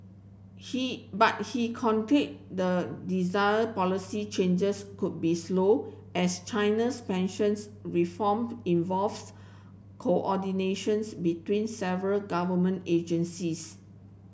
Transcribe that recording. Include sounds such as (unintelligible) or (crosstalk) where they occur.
he but he (unintelligible) the desired policy changes could be slow as China's pensions reform involves coordination's between several government agencies